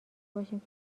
باشیم